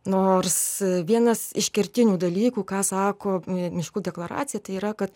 nors vienas iš kertinių dalykų ką sako miškų deklaracija tai yra kad